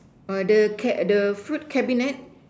uh the cab~ the fruit cabinet